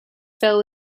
fell